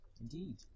Indeed